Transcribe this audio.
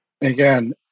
Again